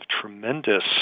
tremendous